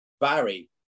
Barry